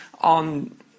on